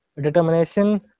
Determination